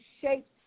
shapes